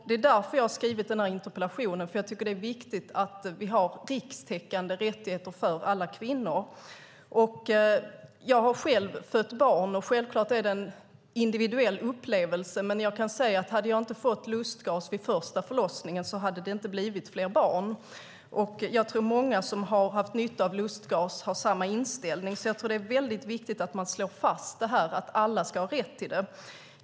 Det är därför jag har skrivit interpellationen, för jag tycker att det är viktigt att vi har rikstäckande rättigheter för alla kvinnor. Jag har själv fött barn. Självklart är det en individuell upplevelse, men jag kan säga att hade jag inte fått lustgas vid den första förlossningen hade det inte blivit fler barn. Jag tror att många som har haft nytta av lustgas har samma inställning, så det är viktigt att slå fast att alla ska ha rätt till det.